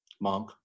Monk